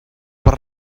per